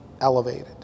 elevated